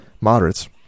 Moderates